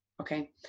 Okay